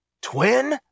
twin